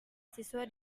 siswa